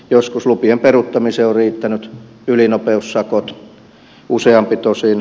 joskus lupien peruuttamiseen on riittänyt ylinopeussakot useampi tosin